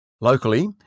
Locally